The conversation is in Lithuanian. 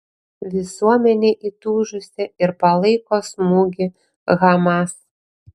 visuomenė įtūžusi ir palaiko smūgį hamas